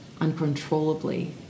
uncontrollably